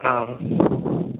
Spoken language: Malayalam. ആ